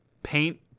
paint